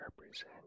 represent